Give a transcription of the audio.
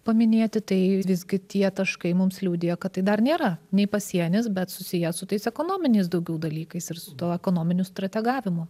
paminėti tai visgi tie taškai mums liudija kad tai dar nėra nei pasienis bet susiję su tais ekonominiais daugiau dalykais ir su tuo ekonominiu strategavimu